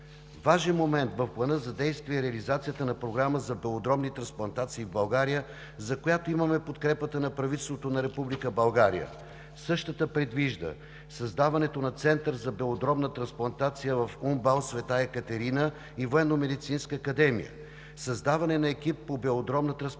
Важен момент в плана за действие е реализацията на програма за белодробни трансплантации в България, за която имаме подкрепата на правителството на Република България. Същата предвижда: създаването на център за белодробна трансплантация в УМБАЛ „Света Екатерина“ и Военномедицинска академия; създаване на екип по белодробна трансплантация;